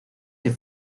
que